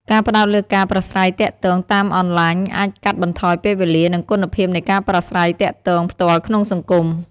ការផ្តោតលើការប្រាស្រ័យទាក់ទងតាមអនឡាញអាចកាត់បន្ថយពេលវេលា និងគុណភាពនៃការប្រាស្រ័យទាក់ទងផ្ទាល់ក្នុងសង្គម។